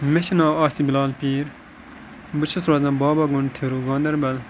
مےٚ چھِ ناو عاصف بِلال پیٖر بہٕ چھُس روزان بابا گُںٛڈ تھِروٗ گاندَربَل